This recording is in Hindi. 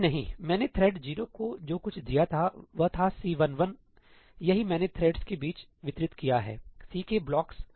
नहीं नहीं मैंने थ्रेड 0 को जो कुछ दिया था वह था C11यही मैंने थ्रेडस के बीच वितरित किया है C के ब्लॉकस